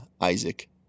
Isaac